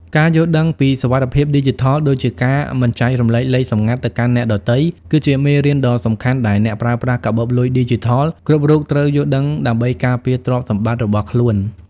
ការយល់ដឹងពីសុវត្ថិភាពឌីជីថល ដូចជាការមិនចែករំលែកលេខសម្ងាត់ទៅកាន់អ្នកដទៃ គឺជាមេរៀនដ៏សំខាន់ដែលអ្នកប្រើប្រាស់កាបូបលុយឌីជីថលគ្រប់រូបត្រូវយល់ដឹងដើម្បីការពារទ្រព្យសម្បត្តិរបស់ខ្លួន។